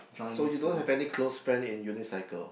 so you don't have any close friend in unicycle